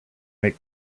make